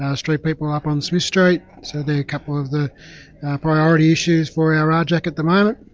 and street people up on smith street, so they're a couple of the priority issues for our rajac at the moment.